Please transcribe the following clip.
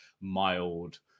mild